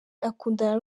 akundana